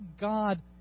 God